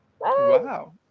Wow